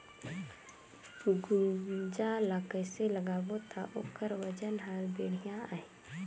गुनजा ला कइसे लगाबो ता ओकर वजन हर बेडिया आही?